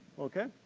okay?